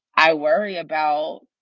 i worry about.